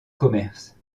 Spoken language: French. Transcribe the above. commerce